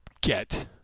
get